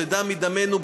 זה דם מדמנו,